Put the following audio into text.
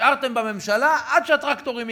נשארתם בממשלה עד שהטרקטורים הגיעו,